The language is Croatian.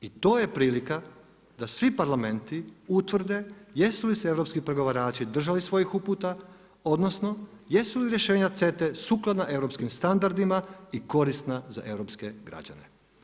I to je prilika da svi parlamenti utvrde jesu li se europski pregovarači držali svojih uputa, odnosno jesu li rješenja CETA-e sukladna europskim standardima i korisna za europske građane.